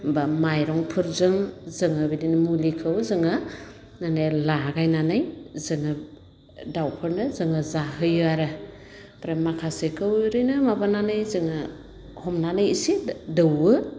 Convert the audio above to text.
एबा माइरंफोरजों जोङो बिदिनो मुलिखौ जोङो मानि लागायनानै जोङो दाउफोरनो जोङो जाहोयो आरो आमफ्राय माखासेखौ ओरैनो माबानानै जोङो हमनानै इसे दौवो